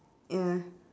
ya